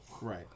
Right